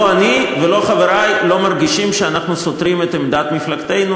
לא אני ולא חברי לא מרגישים שאנחנו סותרים את עמדת מפלגתנו,